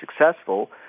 successful